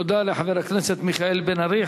תודה לחבר הכנסת מיכאל בן-ארי.